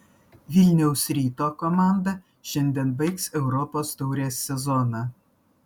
vilniaus ryto komanda šiandien baigs europos taurės sezoną